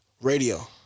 radio